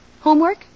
Homework